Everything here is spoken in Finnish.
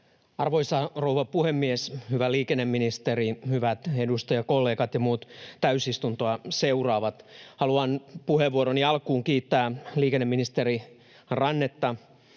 Arvoisa rouva puhemies, hyvä liikenneministeri, hyvät edustajakollegat ja muut täysistuntoa seuraavat! Haluan puheenvuoroni alkuun kiittää liikenneministeri Rannetta